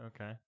Okay